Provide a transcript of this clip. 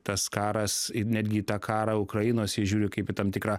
tas karas i netgi tą karą ukrainos įžiūriu kaip į tam tikrą